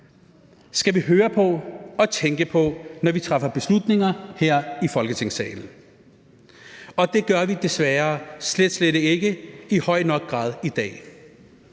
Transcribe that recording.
skal vi høre på og tænke på, når vi træffer beslutninger her i Folketingssalen – og det gør vi desværre slet, slet ikke i høj nok grad i dag.